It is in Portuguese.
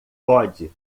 pode